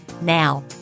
Now